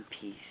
peace